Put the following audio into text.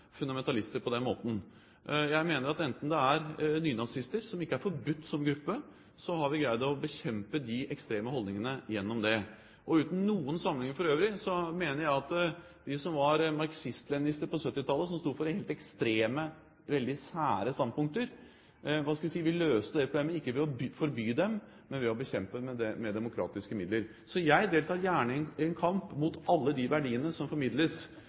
fundamentalister på den måten. Jeg mener at når det gjelder nynazister, som ikke er forbudt som gruppe, har vi greid å bekjempe de ekstreme holdningene gjennom det. Uten noen sammenligning for øvrig mener jeg at de som var marxist-leninister på 1970-tallet, sto for helt ekstreme og veldig sære standpunkter. Det ble ikke løst ved å forby dem, men ved å bekjempe dem med demokratiske midler. Jeg deltar gjerne i en kamp mot alle de verdiene som formidles